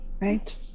right